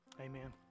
amen